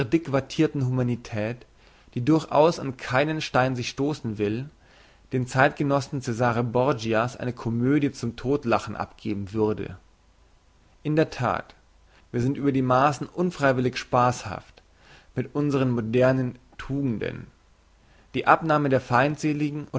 wattirten humanität die durchaus an keinen stein sich stossen will den zeitgenossen cesare borgia's eine komödie zum todtlachen abgeben würden in der that wir sind über die maassen unfreiwillig spasshaft mit unsren modernen tugenden die abnahme der feindseligen